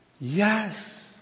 Yes